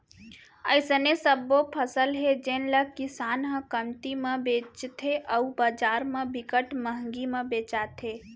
अइसने सबो फसल हे जेन ल किसान ह कमती म बेचथे अउ बजार म बिकट मंहगी म बेचाथे